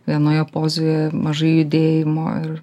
vienoje pozoje mažai judėjimo ir